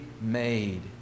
made